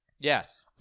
Yes